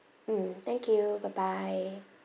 mm thank you bye bye